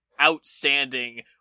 outstanding